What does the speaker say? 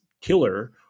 killer